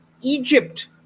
Egypt